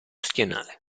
schienale